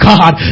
God